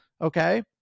okay